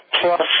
plus